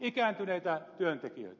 ikääntyneitä työntekijöitä